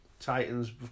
Titans